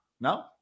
no